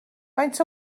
faint